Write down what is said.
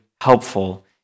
helpful